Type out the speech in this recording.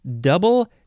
double